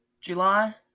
July